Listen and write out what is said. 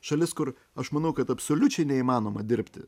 šalis kur aš manau kad absoliučiai neįmanoma dirbti